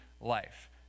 life